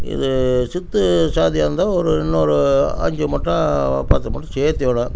இது சித்து சாதியாகருந்தா ஒரு இன்னொரு அஞ்சு முட்டை பத்து முட்டை சேர்த்து இடும்